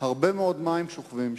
מים שוכבים שם.